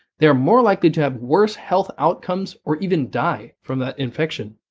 they are more likely to have worse health outcomes or even die from that infection.